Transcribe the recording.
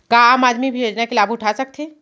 का आम आदमी भी योजना के लाभ उठा सकथे?